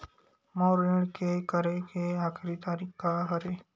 मोर ऋण के करे के आखिरी तारीक का हरे?